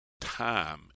time